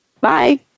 Bye